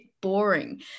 boring